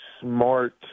smart